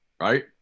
right